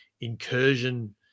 incursion